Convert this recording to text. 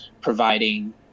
providing